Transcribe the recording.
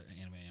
Anime